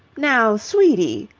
now, sweetie!